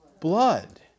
blood